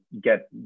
get